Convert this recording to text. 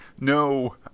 no